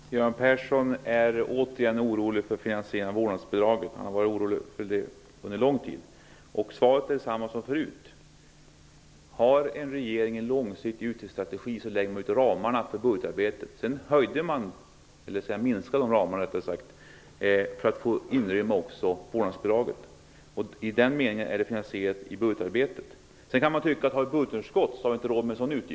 Herr talman! Göran Persson är återigen orolig för finansieringen av vårdnadsbidraget. Han har varit orolig för det under lång tid. Svaret är detsamma som förut. Om en regering har en långsiktig utvecklingsstrategi, lägger man ut ramarna för budgetarbetet. Sedan minskar man de ramarna för att kunna inrymma också vårdnadsbidraget. I den meningen är det finansierat i budgetarbetet. Man kan tycka att vi inte har råd med en sådan utgift när vi har ett budgetunderskott.